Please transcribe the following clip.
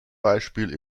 beispiel